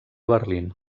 berlín